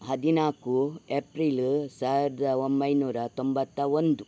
ಹದಿನಾಲ್ಕು ಏಪ್ರಿಲು ಸಾವಿರದ ಒಂಬೈನೂರ ತೊಂಬತ್ತ ಒಂದು